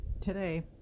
today